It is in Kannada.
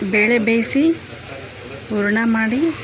ಬೇಳೆ ಬೇಯಿಸಿ ಹೂರ್ಣ ಮಾಡಿ